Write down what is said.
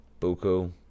Buku